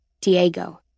Diego